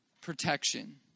Protection